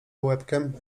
łebkiem